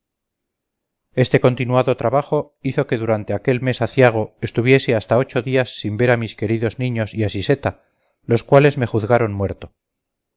este continuado trabajo hizo que durante aquel mes aciago estuviese hasta ocho días sin ver a mis queridos niños y a siseta los cuales me juzgaron muerto